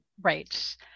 Right